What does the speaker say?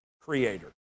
Creator